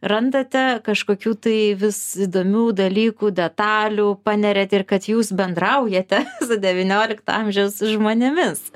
randate kažkokių tai vis įdomių dalykų detalių paneriat ir kad jūs bendraujate su devyniolikto amžiaus žmonėmis